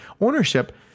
ownership